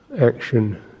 action